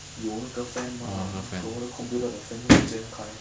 有那个 fan mah 我的 computer 的 fan 突然间开